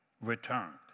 returned